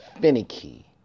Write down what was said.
finicky